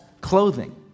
clothing